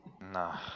Nah